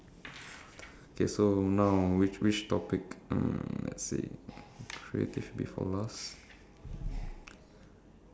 okay I will go for story since I got a lot of green anyways ah stories let me choose one I choose you